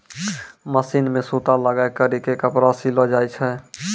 machine मे सूता लगाय करी के कपड़ा सिलो जाय छै